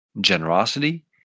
generosity